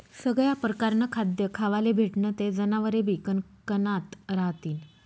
सगया परकारनं खाद्य खावाले भेटनं ते जनावरेबी कनकनात रहातीन